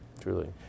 truly